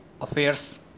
Affairs